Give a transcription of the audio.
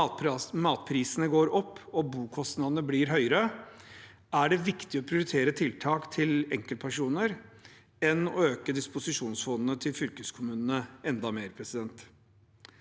øker, matprisene går opp og bokostnadene blir høyere, er det viktigere å prioritere tiltak til enkeltpersoner enn å øke disposisjonsfondene til fylkeskommunene enda mer. Dagens